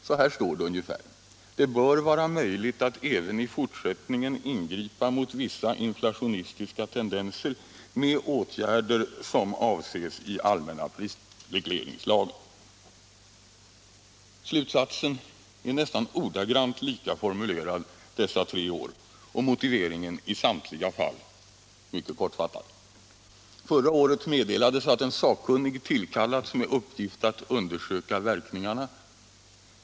Så här står det ungefär: Det bör vara möjligt att även i fortsättningen ingripa mot vissa inflationistiska tendenser med åtgärder som avses i allmänna prisregleringslagen. Slutsatsen är nästan ordagrant likadant formulerad dessa tre år och motiveringen i samtliga fall mycket kortfattad. Förra året meddelades att en sakkunnig tillkallats med uppgift att undersöka verkningarna.